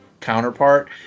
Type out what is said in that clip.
counterpart